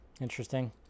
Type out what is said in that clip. interesting